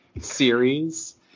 series